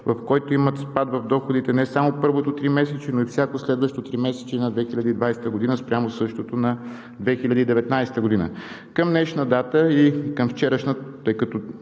в който имат спад в доходите не само първото тримесечие, но и всяко следващо тримесечие на 2020 г. спрямо същото на 2019 г. Към днешна дата и към вчерашна, тъй като